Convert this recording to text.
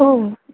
ஓ